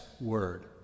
word